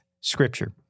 Scripture